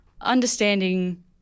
Understanding